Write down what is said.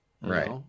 Right